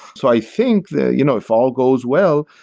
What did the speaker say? so i think that you know if all goes well,